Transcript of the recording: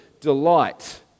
delight